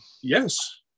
yes